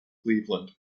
cleveland